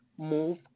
move